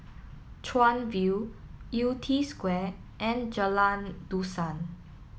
Chuan View Yew Tee Square and Jalan Dusan